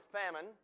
famine